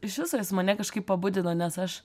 iš viso jis mane kažkaip pabudino nes aš